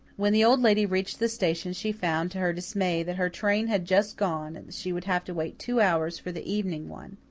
when the old lady reached the station she found, to her dismay, that her train had just gone and that she would have to wait two hours for the evening one.